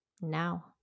now